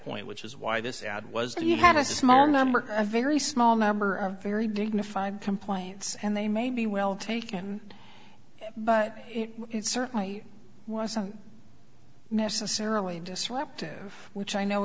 point which is why this ad was that you have a small number of very small number of very dignified compliance and they may be well taken but it certainly wasn't necessarily disruptive which i know